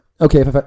okay